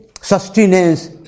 sustenance